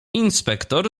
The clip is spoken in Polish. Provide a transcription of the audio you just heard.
inspektor